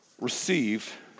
Receive